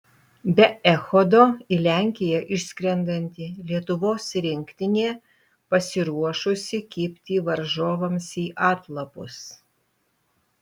be echodo į lenkiją išskrendanti lietuvos rinktinė pasiruošusi kibti varžovams į atlapus